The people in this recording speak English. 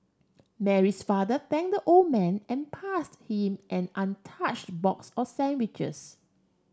Mary's father thank old man and passed him an box of sandwiches